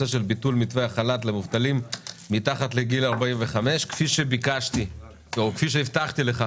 של ביטול מתווה החל"ת למובטלים מתחת לגיל 45. כפי שהבטחתי לך,